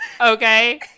Okay